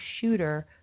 Shooter